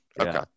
Okay